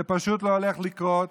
זה פשוט לא הולך לקרות".